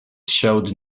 showed